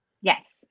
Yes